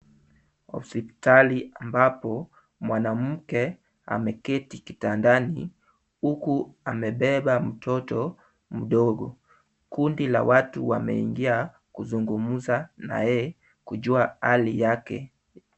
Hospitali ambapo mwanamke ameketi kitandani huku amebeba mtoto mdogo. Kundi la watu wameingia kuzungumza na yeye kujua hali yake.